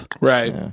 Right